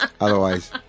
otherwise